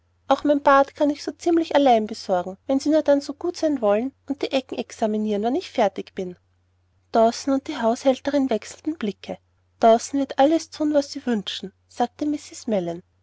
auch mein bad kann ich so ziemlich allein besorgen wenn sie dann nur so gut sein wollen und die ecken xaminieren wenn ich fertig bin dawson und die haushälterin wechselten blicke dawson wird alles thun was sie wünschen sagte mrs mellon